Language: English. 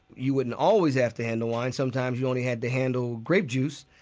you wouldn't always have to handle wine, sometimes you only had to handle grape juice,